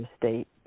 state